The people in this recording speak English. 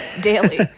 daily